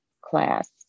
class